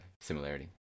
similarity